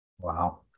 Wow